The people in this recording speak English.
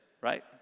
right